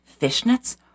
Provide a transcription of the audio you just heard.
Fishnets